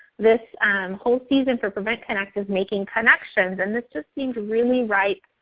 this whole season for prevent connect was making connections and this just seemed really right